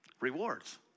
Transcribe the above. Rewards